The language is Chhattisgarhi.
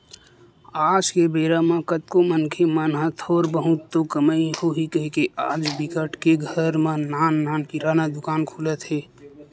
आज के बेरा म कतको मनखे मन ह थोर बहुत तो कमई होही कहिके आज बिकट के घर म नान नान किराना दुकान खुलत हे